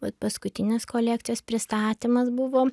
bet paskutinės kolekcijos pristatymas buvo